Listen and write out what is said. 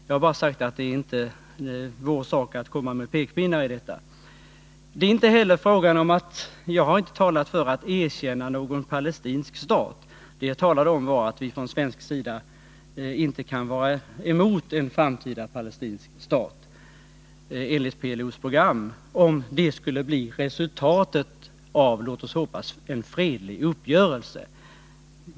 Jag har där bara sagt att det inte är vår sak att komma med pekpinnar i detta fall. Det är heller inte fråga om att jag har talat för att vi skulle erkänna någon palestinsk stat. Det jag sade var att vi från svensk sida inte kan vara emot en framtida palestinsk stat enligt PLO:s program, om det skulle bli resultatet av en, låt oss hoppas fredlig, uppgörelse.